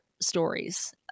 stories